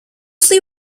see